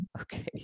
Okay